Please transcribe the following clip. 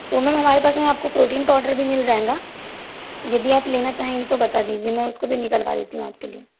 तो मैम हमारे पास में आपको प्रोटीन पाउडर भी मिल जाएगा यदि आप लेना चाहेंगी तो बता दीजिए मैं उसको भी निकलवा देती हूँ आपके लिए